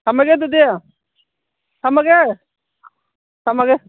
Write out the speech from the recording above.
ꯊꯝꯃꯒꯦ ꯑꯗꯨꯗꯤ ꯊꯝꯃꯒꯦ ꯊꯝꯃꯒꯦ